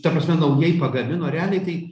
ta prasme naujai pagamino realiai tai